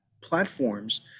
platforms